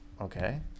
okay